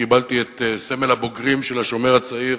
קיבלתי את סמל הבוגרים של "השומר הצעיר"